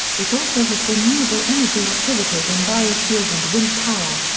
it also has renewable energy activities in biofuels and wind power.